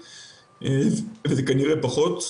וזה כנראה פחות.